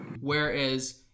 Whereas